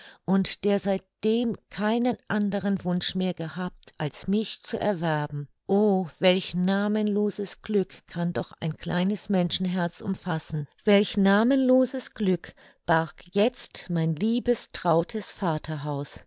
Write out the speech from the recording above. und der seitdem keinen anderen wunsch mehr gehabt als mich zu erwerben o welch namenloses glück kann doch ein kleines menschenherz umfassen welch namenloses glück barg jetzt mein liebes trautes vaterhaus